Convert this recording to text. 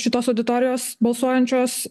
šitos auditorijos balsuojančios